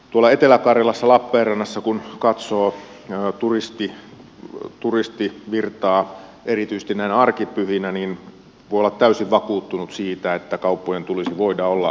tuolla etelä karjalassa lappeenrannassa kun katsoo turistivirtaa erityisesti näinä arkipyhinä niin voi olla täysin vakuuttunut siitä että kauppojen tulisi voida olla arkipyhinä auki